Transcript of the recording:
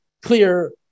clear